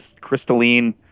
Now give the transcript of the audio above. crystalline